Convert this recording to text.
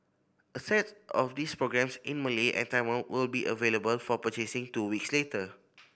a set of these programmes in Malay and Tamil will be available for purchasing two weeks later